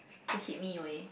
to hit me away